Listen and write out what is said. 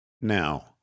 Now